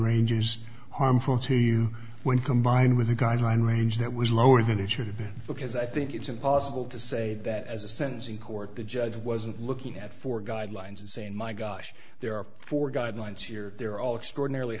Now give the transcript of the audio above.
ranges harmful to you when combined with a guideline range that was lower than it should have been because i think it's impossible to say that as a sentencing court the judge wasn't looking at four guidelines and saying my gosh there are four guidelines here they're all extraordinar